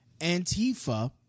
Antifa